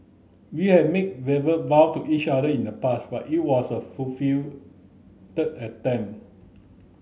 we have make verbal vow to each other in the past but it was a attempt